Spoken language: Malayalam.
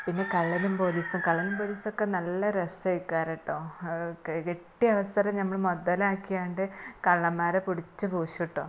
പിന്നെ കള്ളനും പോലീസും കള്ളനും പോലീസൊക്കെ നല്ല രസായിക്കാറുട്ടോ അത് കിട്ടിയവസരം നമ്മള് മുതലാക്കിയാണ്ട് കള്ളന്മാരെ പിടിച്ച് പൂശൂം കെട്ടോ